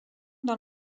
dans